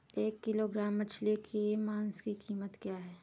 एक किलोग्राम मछली के मांस की कीमत क्या है?